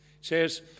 says